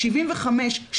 75,